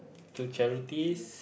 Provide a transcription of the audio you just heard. to charities